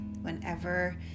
whenever